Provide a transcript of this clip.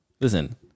Listen